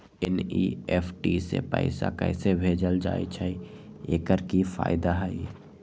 NEFT से पैसा कैसे भेजल जाइछइ? एकर की फायदा हई?